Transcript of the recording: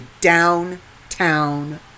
downtown